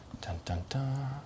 dun-dun-dun